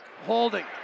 holding